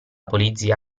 polizia